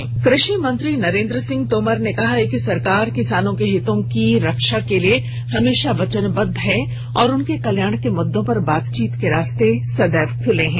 किसान हित कृषि मंत्री नरेन्द्र सिंह तोमर ने कहा है कि सरकार किसानों के हितों की सुरक्षा के लिए हमेशा वचनबद्ध है और उनके कल्याण के मुद्दों पर बातचीत के रास्ते सदैव खले हए हैं